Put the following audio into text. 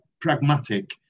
pragmatic